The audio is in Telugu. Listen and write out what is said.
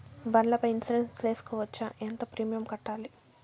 బండ్ల పై ఇన్సూరెన్సు సేసుకోవచ్చా? ఎంత ప్రీమియం కట్టాలి?